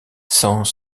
sent